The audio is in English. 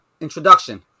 Introduction